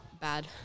bad